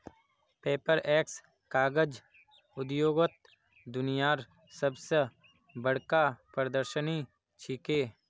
Paperex कागज उद्योगत दुनियार सब स बढ़का प्रदर्शनी छिके